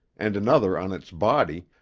and another on its body,